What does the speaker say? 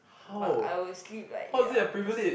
but I will sleep like eight hours